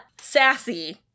sassy